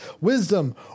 wisdom